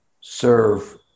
serve